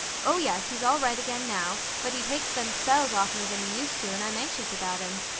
oh, yes, he's all right again now, but he takes them spells oftener than he used to and i'm anxious about him.